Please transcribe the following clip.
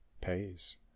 pays